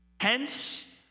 Hence